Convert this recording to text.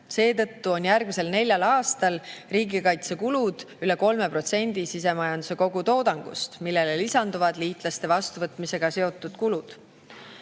Seetõttu on järgmisel neljal aastal riigikaitsekulud üle 3% sisemajanduse kogutoodangust, millele lisanduvad liitlaste vastuvõtmisega seotud kulud.